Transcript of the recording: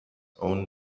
own